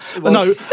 No